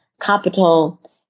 capital